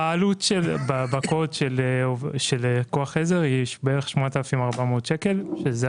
\\העלות בקוד של כוח עזר היא בערך 8,400 ₪.